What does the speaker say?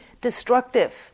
destructive